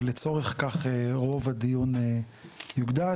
ולצורך כך רוב הדיון יוקדש,